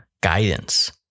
guidance